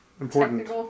important